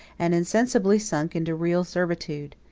and insensibly sunk into real servitude.